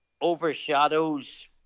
overshadows